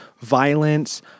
violence